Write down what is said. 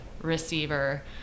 receiver